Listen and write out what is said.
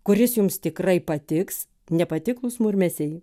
kuris jums tikrai patiks nepatiklūs murmesiai